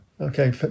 Okay